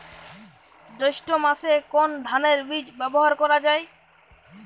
জৈষ্ঠ্য মাসে কোন ধানের বীজ ব্যবহার করা যায়?